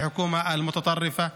הממשלה הקיצונית הזאת.